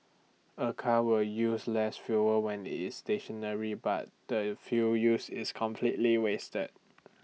A car will use less fuel when IT is stationary but the fuel used is completely wasted